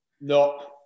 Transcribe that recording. No